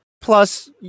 Plus